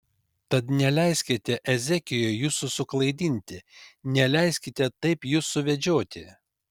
tad neleiskite ezekijui jūsų suklaidinti neleiskite taip jus suvedžioti